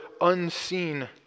unseen